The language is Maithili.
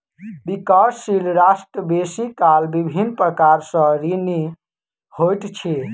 विकासशील राष्ट्र बेसी काल विभिन्न प्रकार सँ ऋणी होइत अछि